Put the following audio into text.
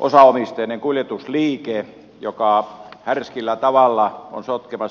osaomisteinen kuljetusliike joka härskillä tavalla on sotkemassa markkinoita